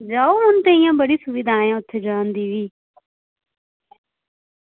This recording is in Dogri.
जाओ हून ते इंया बी बड़ी सुविधायें न उत्थें जाने दी